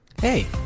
Hey